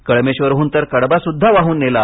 कळमेश्वरहून तर कडबा सुद्धा वाहून नेला